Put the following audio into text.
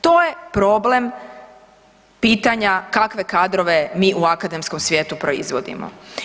To je problem pitanja kakve kadrove mi u akademskom svijetu proizvodimo.